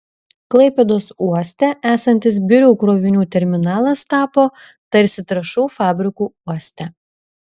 klaipėdos uoste esantis birių krovinių terminalas tapo tarsi trąšų fabriku uoste